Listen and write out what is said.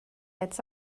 ads